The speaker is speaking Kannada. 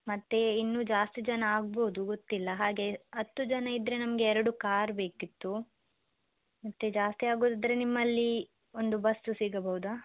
ಮತ್ತು ಇನ್ನೂ ಜಾಸ್ತಿ ಜನ ಆಗ್ಬೋದು ಗೊತ್ತಿಲ್ಲ ಹಾಗೇ ಹತ್ತು ಜನ ಇದ್ದರೆ ನಮಗೆ ಎರಡು ಕಾರ್ ಬೇಕಿತ್ತು ಮತ್ತು ಜಾಸ್ತಿ ಆಗೋದಿದ್ದರೆ ನಿಮ್ಮಲ್ಲಿ ಒಂದು ಬಸ್ಸು ಸಿಗಬಹುದಾ